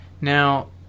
Now